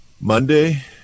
Monday